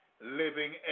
living